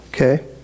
Okay